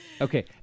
Okay